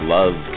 Love